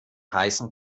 heißen